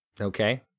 Okay